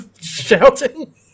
shouting